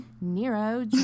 Nero